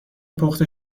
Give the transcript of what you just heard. پخته